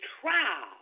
trial